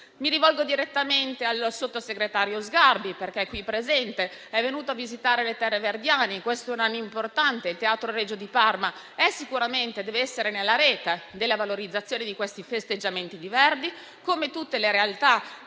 Mi rivolgo direttamente al sottosegretario Sgarbi, qui presente, che è venuto a visitare le terre verdiane. Questo è un anno importante e il Teatro Regio di Parma deve sicuramente essere incluso nella rete per la valorizzazione dei festeggiamenti per Verdi, come tutte le realtà